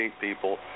people